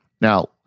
Now